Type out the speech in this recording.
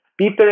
Peter